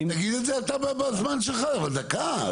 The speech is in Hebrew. תגיד את זה אתה בזמן שלך, דקה.